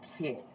kid